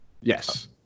Yes